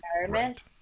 environment